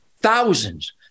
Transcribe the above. Thousands